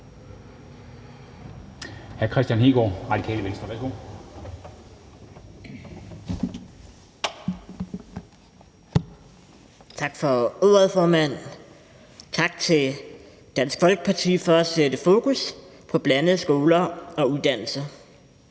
Tak for ordet, formand, og tak til Dansk Folkeparti for at sætte fokus på blandede skoler og uddannelser.